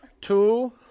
two